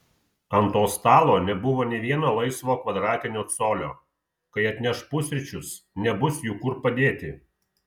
ant to stalo nebuvo nė vieno laisvo kvadratinio colio kai atneš pusryčius nebus jų kur padėti